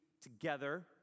together